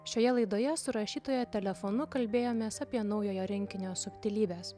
šioje laidoje su rašytoja telefonu kalbėjomės apie naujojo rinkinio subtilybes